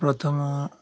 ପ୍ରଥମ